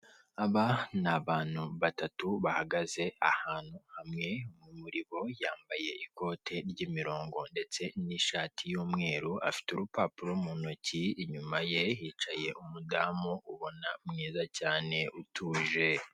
Aba n'abantu batatu bahagaze ahantu hamwe, umwe muribo yambaye ikote ry'imirongo ndetse n'ishati y'umweru afite urupapuro muntoki, inyuma ye hicaye umudamu ubona mwiza cyane utuje.